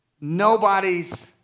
Nobody's